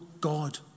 God